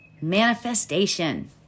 manifestation